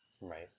Right